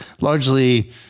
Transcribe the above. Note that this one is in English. largely